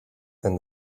and